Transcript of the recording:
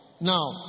Now